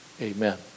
Amen